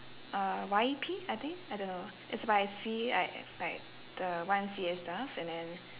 uh Y_P I think I don't know it's by like if like the Y_M_C_A stuff and then